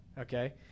okay